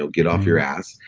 so get off your ass.